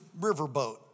riverboat